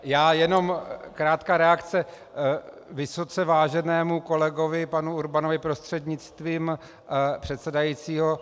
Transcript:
Já jenom krátká reakce vysoce váženému kolegovi panu Urbanovi prostřednictvím předsedajícího.